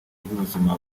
ry’ubuzima